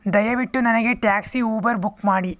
ದಯವಿಟ್ಟು ನನಗೆ taxi Uber book ಮಾಡಿ